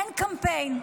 אין קמפיין.